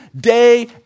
Day